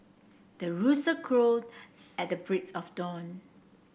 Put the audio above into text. the rooster crow at the break of dawn